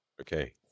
Okay